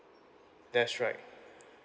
that's right